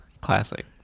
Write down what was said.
Classic